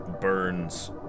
burns